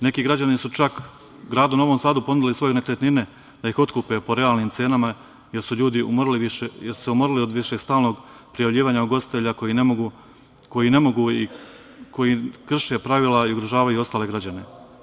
Neki građani su čak gradu Novom Sadu ponudili svoje nekretnine da ih otkupe po realnim cenama jer su se ljudi umorili više od stalnog prijavljivanja ugostitelja koji ne mogu i koji krše pravila i ugrožavaju ostale građane.